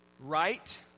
right